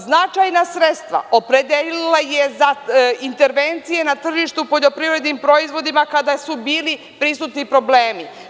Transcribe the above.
Značajna sredstava opredelila je za intervencije na tržištu poljoprivrednim proizvodima kada su bili prisutni problemi.